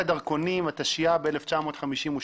התש"ף-2020.